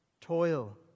toil